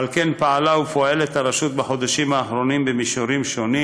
פעלה ופועלת הרשות בחודשים האחרונים במישורים שונים